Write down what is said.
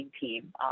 team